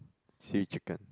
seaweed chicken